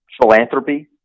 philanthropy